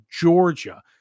Georgia